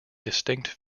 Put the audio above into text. distinct